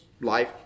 life